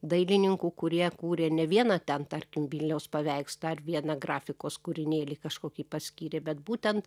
dailininkų kurie kūrė ne vieną ten tarkim vilniaus paveikslą ar vieną grafikos kūrinėlį kažkokį paskyrė bet būtent